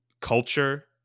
culture